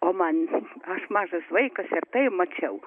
o man aš mažas vaikas ir tai mačiau